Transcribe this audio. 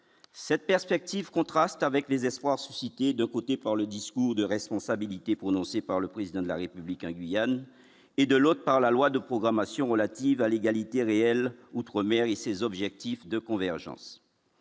cette perspective contraste avec les espoirs suscités de côté par le discours de responsabilité prononcée par le président de la République a Guyane et de l'autre par la loi de programmation relative à l'égalité réelle outre-mer et ses objectifs de convergence,